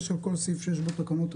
ועל כל סעיף שיש בו תקנות,